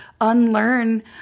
unlearn